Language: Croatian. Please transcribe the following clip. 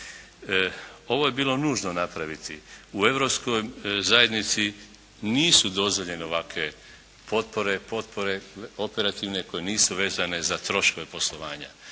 Ovo je bilo nužno napraviti. U Europskoj zajednici nisu dozvoljene ovakve potpore, potpore operativne koje nisu vezane za troškove poslovanja.